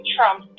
Trump